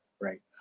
right